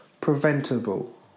preventable